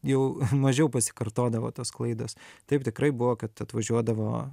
jau mažiau pasikartodavo tos klaidos taip tikrai buvo kad atvažiuodavo